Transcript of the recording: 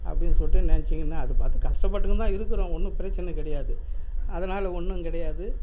அப்படின்னு சொல்லிட்டு நினச்சிக்கின்னு அது பார்த்து கஷ்டப்பட்டுக்கின்னு தான் இருக்கிறோம் ஒன்றும் பிரச்சின கிடையாது அதனால ஒன்றும் கிடையாது